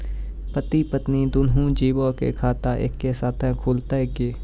पति पत्नी दुनहु जीबो के खाता एक्के साथै खुलते की?